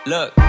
Look